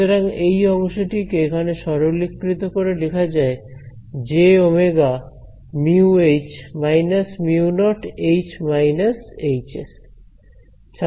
সুতরাং এই অংশটি কে এখানে সরলীকৃত করে লেখা যায় − jωμH − μ0H − Hs